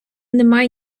немає